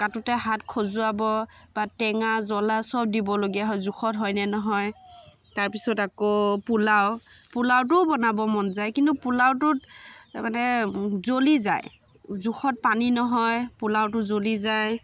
কাটোতে হাত খজুৱাব বা টেঙা জ্বলা চব দিবলগীয়া হয় জোখত হয়নে নহয় তাৰ পিছত আকৌ পোলাও পোলাওটোও বনাব মন যায় কিন্তু পোলাওটোত মানে জ্বলি যায় জোখত পানী নহয় পোলাওটো জ্বলি যায়